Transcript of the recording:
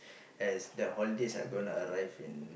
as their holidays are gonna arrive in